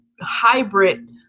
hybrid